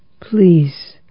Please